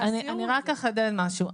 אני רק אחדד משהו.